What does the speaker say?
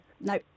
No